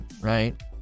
right